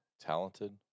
talented